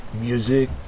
music